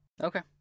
Okay